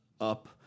up